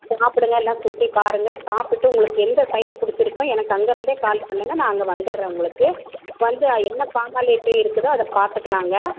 சாப்பிடுங்க எல்லாம் சுற்றி பாருங்கள் சாப்பிட்டுட்டு உங்களுக்கு எந்த சைட் பிடிச்சிருக்கோ எனக்கு அங்கேருந்தே கால் பண்ணுங்கள் நான் அங்கே வந்துடறேன் உங்களுக்கு வந்து என்ன ஃபார்மாலிட்டி இருக்குதோ அதை பாத்துக்கலாங்க